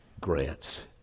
grants